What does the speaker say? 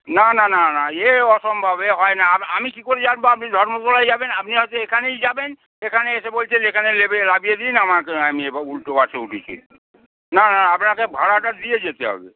না না না না এ অসম্ভব এ হয় না আম আমি কী করে জানব আপনি ধর্মতলায় যাবেন আপনি হয়তো এখানেই যাবেন এখানে এসে বলছেন এখানে নেমে নামিয়ে দিন আমাকে আমি এ বা উলটো বাসে উঠেছি না না আপনাকে ভাড়াটা দিয়ে যেতে হবে